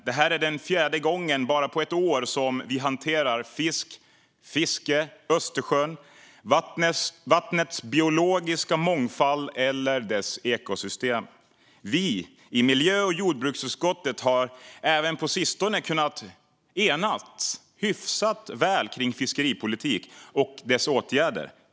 Det är fjärde gången på bara ett år som vi hanterar fisk, fiske, Östersjön, vattnets biologiska mångfald eller dess ekosystem. Vi i miljö och jordbruksutskottet har även på sistone kunnat enas hyfsat väl kring fiskeripolitiken och åtgärderna i fråga om den.